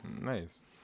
Nice